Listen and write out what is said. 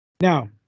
Now